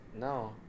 No